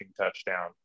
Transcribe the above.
touchdown